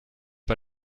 pas